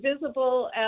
visible